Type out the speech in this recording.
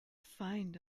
find